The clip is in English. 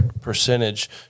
percentage